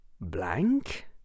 blank